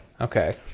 Okay